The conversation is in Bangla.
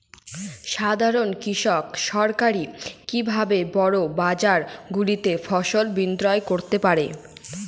সাধারন কৃষক সরাসরি কি ভাবে বড় বাজার গুলিতে ফসল বিক্রয় করতে পারে?